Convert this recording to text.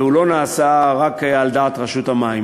והוא לא נעשה רק על דעת רשות המים.